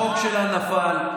החוק שלה נפל,